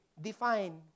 define